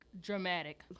dramatic